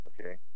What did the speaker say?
okay